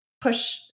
push